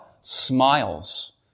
smiles